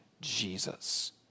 Jesus